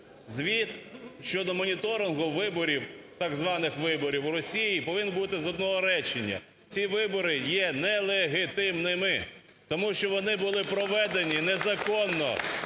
Звіт щодо моніторингу виборів, так званих виборів в Росії повинен бути з одного речення: "Ці вибори є нелегітимними". Тому що вони були проведені незаконно